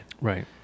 Right